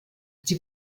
sie